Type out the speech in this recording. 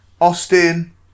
Austin